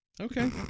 Okay